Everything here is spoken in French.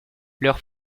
leurs